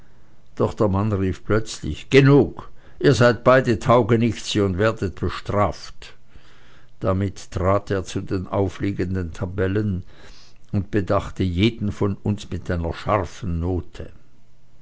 doch der mann rief plötzlich genug ihr seid beide taugenichtse und werdet bestraft damit trat er zu den aufliegenden tabellen und bedachte jeden von uns mit einer scharfen note